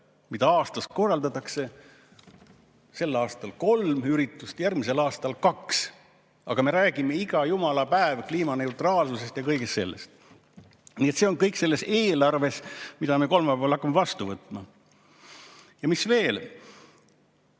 mida aastas korraldatakse, sel aastal on kolm üritust, järgmisel aastal kaks. Aga me räägime iga jumala päev kliimaneutraalsusest ja kõigest sellest. See on kõik selles eelarves, mida me kolmapäeval hakkame vastu võtma. Mis veel?